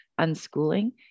unschooling